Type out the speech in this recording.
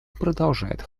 продолжает